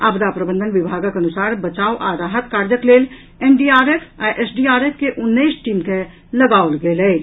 आपदा प्रबंधन विभागक अनुसार बचाव आ राहत कार्यक लेल एनडीआरएफ आ एसडीआरएफ के उन्नैस टीम के लगाओल गेल अछि